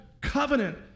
covenant